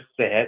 set